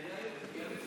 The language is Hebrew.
אחר כך.